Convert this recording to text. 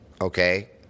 Okay